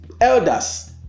elders